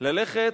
ללכת